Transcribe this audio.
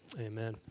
amen